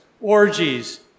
orgies